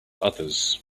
others